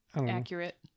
accurate